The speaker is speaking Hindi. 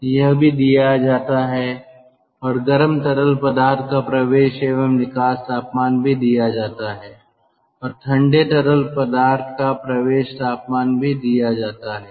तो यह भी दिया जाता है और गर्म तरल पदार्थ का प्रवेश एवं निकास तापमान भी दिया जाता है और ठंडे तरल पदार्थ का प्रवेश तापमान भी दिया जाता है